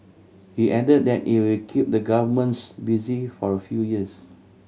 he added that it will keep the governments busy for a few years